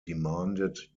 demanded